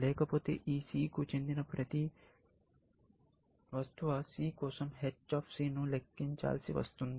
లేకపోతే ఈ c కు చెందిన ప్రతి వస్తువు C కోసం h ను లెక్కించాల్సి వస్తుంది